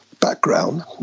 background